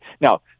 now